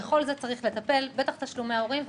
בכל זאת, צריך לטפל, ובטח תשלומי ההורים.